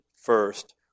first